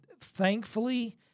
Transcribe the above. thankfully